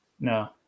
No